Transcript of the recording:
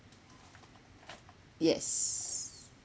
yes